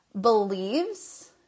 believes